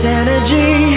energy